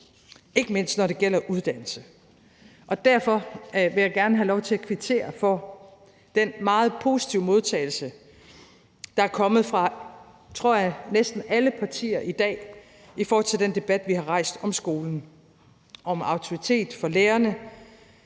ikke mindst når det gælder uddannelse. Derfor vil jeg gerne have lov til at kvittere for den meget positive modtagelse kommer, der er kommet fra næsten, tror jeg, alle partier i dag i forhold til den debat, vi har rejst om skolen, om autoritet for lærerne,